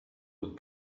would